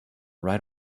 right